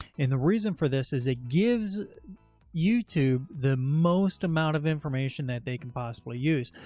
and the reason for this is it gives youtube the most amount of information that they can possibly use.